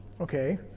Okay